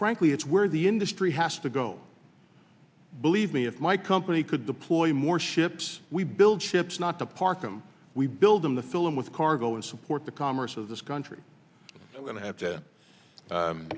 frankly it's where the industry has to go believe me if my company could deploy more ships we build ships not to park them we build them to fill them with cargo and support the commerce of this country are going to have to jum